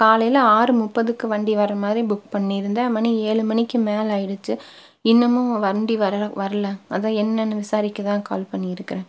காலையில் ஆறு முப்பத்துக்கு வண்டி வர மாதிரி புக் பண்ணி இருந்தேன் மணி ஏழு மணிக்கு மேலே ஆகிடுச்சு இன்னுமும் வண்டி வரலை வர்லை அதுதான் என்னென்னு விசாரிக்க தான் கால் பண்ணி இருக்கிறேன்